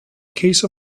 case